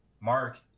mark